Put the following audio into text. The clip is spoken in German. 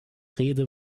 rede